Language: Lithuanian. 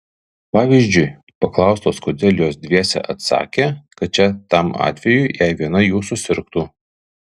pavyzdžiui paklaustos kodėl jos dviese atsakė kad čia tam atvejui jei viena jų susirgtų